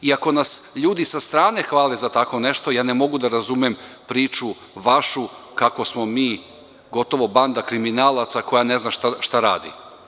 Iako nas ljudi sa strane hvale za tako nešto, ja ne mogu da razumem priču vašu kako smo mi gotovo banda kriminalaca koja ne zna šta radi.